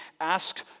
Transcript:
ask